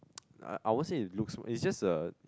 I I won't say it looks it's just a